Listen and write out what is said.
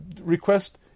request